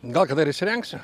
gal kada ir įsirengsiu